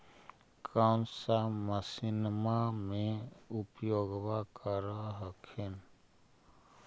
कौन सा मसिन्मा मे उपयोग्बा कर हखिन?